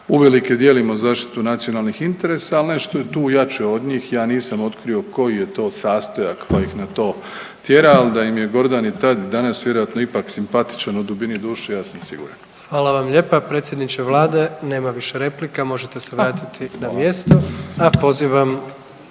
uvelike dijelimo zaštitu nacionalnih interesa, ali nešto je tu jače od njih. Ja nisam otkrio koji je to sastojak koji ih na to tjera, ali da im je Gordan i tad, danas vjerojatno ipak simpatičan u dubini duše ja sam siguran. **Jandroković, Gordan (HDZ)** Hvala vam lijepa, predsjedniče vlade nema više replika možete se vratiti …/Upadica: